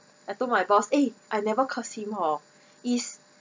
I told my boss eh I never curse him hor is